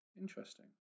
Interesting